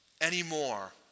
anymore